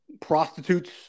prostitutes